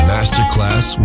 Masterclass